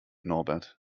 norbert